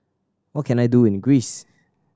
what can I do in Greece